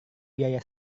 biaya